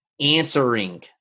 answering